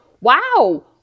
Wow